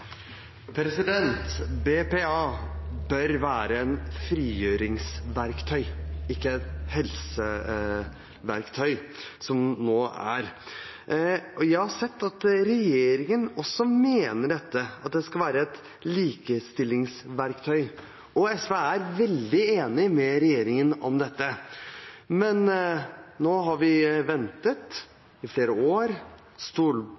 Jeg har sett at regjeringen også mener at det skal være et likestillingsverktøy, og SV er veldig enig med regjeringen i dette. Men nå har vi